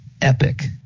epic